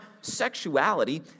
sexuality